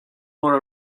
more